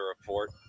report